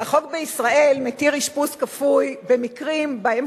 החוק בישראל מתיר אשפוז כפוי במקרים שבהם